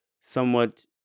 somewhat